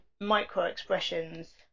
micro-expressions